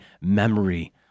memory